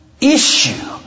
issue